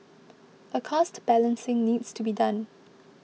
a cost balancing needs to be done